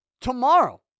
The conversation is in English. Tomorrow